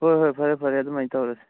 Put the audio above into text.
ꯍꯣꯏ ꯍꯣꯏ ꯐꯔꯦ ꯐꯔꯦ ꯑꯗꯨꯝ ꯍꯥꯏꯅ ꯇꯧꯔꯁꯤ